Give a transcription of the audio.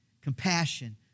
compassion